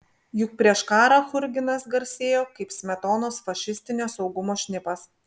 juk prieš karą churginas garsėjo kaip smetonos fašistinio saugumo šnipas